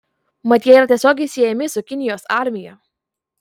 mat jie yra tiesiogiai siejami su kinijos armija